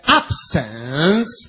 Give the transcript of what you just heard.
absence